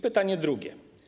Pytanie drugie.